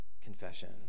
confession